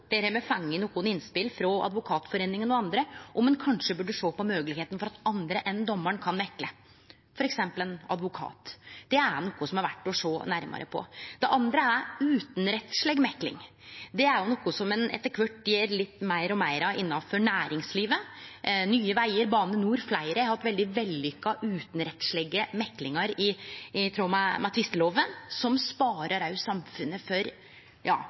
Der har me fått nokre innspel frå Advokatforeningen og andre om at ein kanskje burde sjå på moglegheita for at andre enn domaren kan mekle, f.eks. ein advokat. Det er noko som er verdt å sjå nærmare på. Det andre er utanrettsleg mekling. Det er noko som ein etter kvart gjer meir og meir av innanfor næringslivet. Nye Vegar, Bane NOR og fleire har hatt veldig vellukka utanrettslege meklingar i tråd med tvistelova som sparar samfunnet for